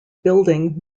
building